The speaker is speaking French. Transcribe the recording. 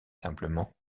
simplement